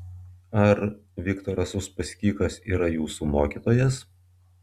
ar viktoras uspaskichas yra jūsų mokytojas